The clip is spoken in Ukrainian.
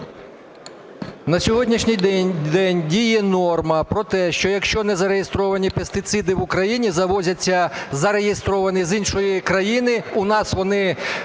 На сьогоднішній день діє норма про те, що, якщо не зареєстровані пестициди в Україні, завозяться зареєстровані з іншої країни, у нас вони